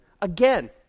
again